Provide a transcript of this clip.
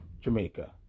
Jamaica